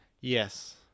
Yes